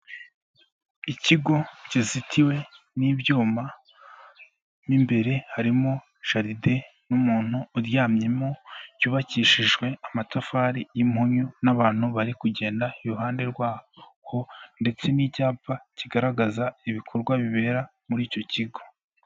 Ikigo kizitiwe n'ibyuma, mo imbere harimo jaride n'umuntu uryamyemo, yubakishijwe amatafari y'impunyu n'abantu bari kugenda iruhande rwaho ndetse n'icyapa kigaragaza ibikorwa bibera muri icyo kigo.